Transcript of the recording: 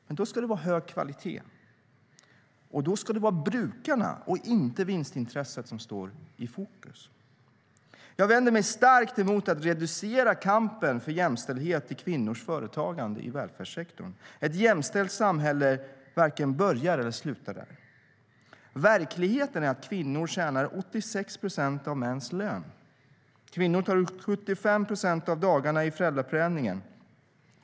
Men då ska det vara hög kvalitet och vara brukarna och inte vinstintresset som står i fokus. Jag vänder mig starkt mot att reducera kampen för jämställdhet till kvinnors företagande i välfärdssektorn. Ett jämställt samhälle varken börjar eller slutar där. Verkligheten är att kvinnor tjänar 86 procent av mäns lön. Kvinnorna tar ut 75 procent av dagarna i föräldraförsäkringen.